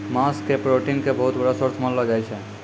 मांस के प्रोटीन के बहुत बड़ो सोर्स मानलो जाय छै